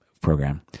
program